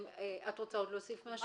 בבקשה.